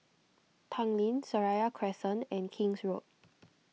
Tanglin Seraya Crescent and King's Road